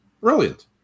Brilliant